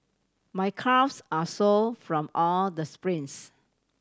my calves are sore from all the sprints